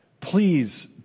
please